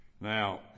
Now